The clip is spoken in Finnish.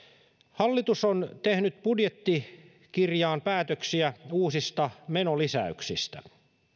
hallitus on tehnyt budjettikirjaan päätöksiä uusista menolisäyksistä